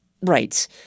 Right